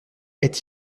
est